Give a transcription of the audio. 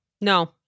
No